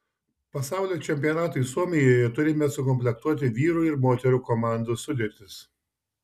pasaulio čempionatui suomijoje turime sukomplektuoti vyrų ir moterų komandų sudėtis